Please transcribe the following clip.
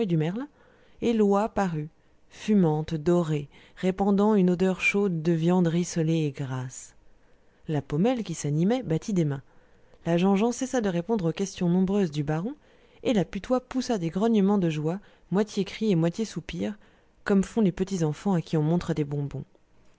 et l'oie parut fumante dorée répandant une odeur chaude de viande rissolée et grasse la paumelle qui s'animait battit des mains la jean jean cessa de répondre aux questions nombreuses du baron et la putois poussa des grognements de joie moitié cris et moitié soupirs comme font les petits enfants à qui on montre des bonbons